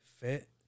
fit